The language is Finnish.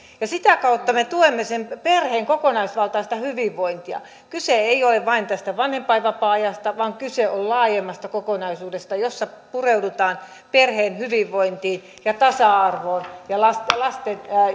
sitä kautta me tuemme perheen kokonaisvaltaista hyvinvointia kyse ei ole vain tästä vanhempainvapaa ajasta vaan kyse on laajemmasta kokonaisuudesta jossa pureudutaan perheen hyvinvointiin ja tasa arvoon ja lasten